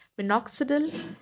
Minoxidil